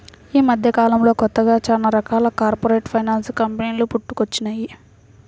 యీ మద్దెకాలంలో కొత్తగా చానా రకాల కార్పొరేట్ ఫైనాన్స్ కంపెనీలు పుట్టుకొచ్చినియ్యి